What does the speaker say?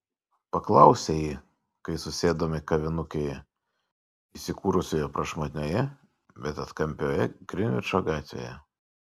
paklausė ji kai susėdome kavinukėje įsikūrusioje prašmatnioje bet atkampioje grinvičo gatvėje